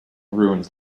ruins